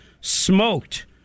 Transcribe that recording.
smoked